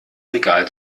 regal